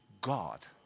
God